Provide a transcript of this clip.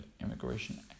immigration